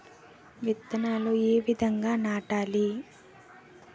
విత్తనాలు ఏ విధంగా నాటాలి?